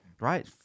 Right